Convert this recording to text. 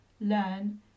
learn